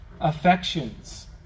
affections